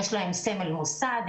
יש להם סמל מוסד,